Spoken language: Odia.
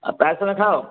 ଆଉ ଖାଅ